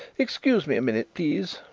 excuse me a minute, please,